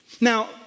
Now